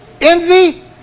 envy